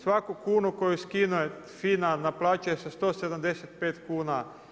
Svaku kunu koju skine FINA, naplaćuje se 175 kuna.